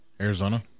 Arizona